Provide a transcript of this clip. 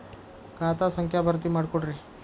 ಖಾತಾ ಸಂಖ್ಯಾ ಭರ್ತಿ ಮಾಡಿಕೊಡ್ರಿ